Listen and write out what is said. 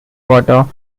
water